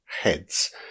heads